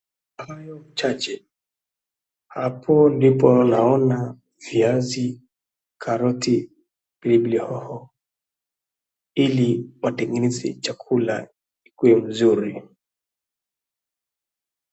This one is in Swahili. Kwa hayo machache, hapo ndipo naona viazi, karoti, pilipilihoho ili watengeneze chakula ikuwe mzuri.